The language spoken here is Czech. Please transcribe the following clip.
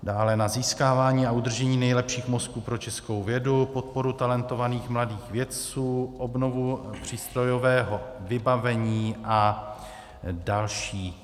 Dále na získávání a udržení nejlepších mozků pro českou vědu, podporu talentovaných mladých vědců, obnovu přístrojového vybavení a další.